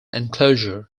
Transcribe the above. enclosure